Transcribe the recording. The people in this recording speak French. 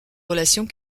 relations